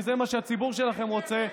כי זה מה שהציבור שלכם רוצה,